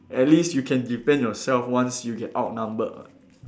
at least you can defend yourself once you get outnumbered [what]